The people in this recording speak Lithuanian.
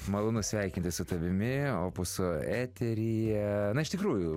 malonu sveikinti su tavimi opuso eteryje na iš tikrųjų